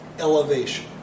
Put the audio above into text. Elevation